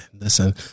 Listen